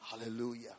Hallelujah